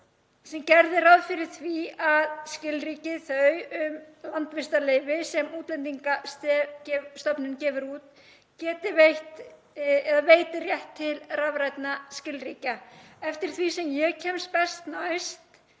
Hún gerði ráð fyrir því að skilríki þau um landvistarleyfi sem Útlendingastofnunin gefur út veiti rétt til rafrænna skilríkja. Eftir því sem ég kemst best næst